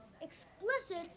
explicit